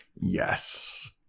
Yes